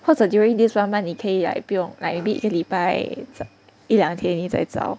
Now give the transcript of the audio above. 或者 during this one month 你可以 like 不用 like a week 一个礼拜一两天你再找